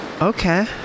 Okay